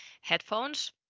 headphones